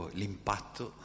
l'impatto